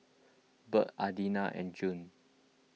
Bird Adina and Juan